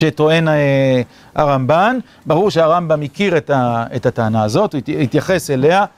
שטוען הרמב״ן, ברור שהרמב״ם הכיר את הטענה הזאת, הוא התייחס אליה.